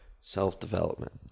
self-development